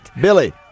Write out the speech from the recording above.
Billy